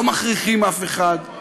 לא מכריחים אף אחד,